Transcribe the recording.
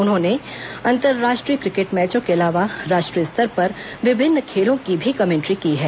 उन्होंने अंतर्राष्ट्रीय क्रिकेट मैचों के अलावा राष्ट्रीय स्तर पर विभिन्न खेलों की भी कमेंट्री की है